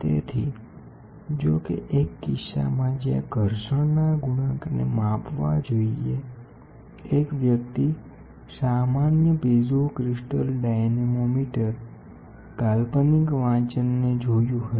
તેથી જો કે એક કિસ્સામાં જ્યાં ઘર્ષણના ગુણાંકને માપવા જોઈએએક વ્યક્તિ સામાન્ય કાલ્પનિક વાંચનને જોયું હશે